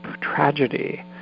tragedy